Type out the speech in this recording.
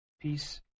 Peace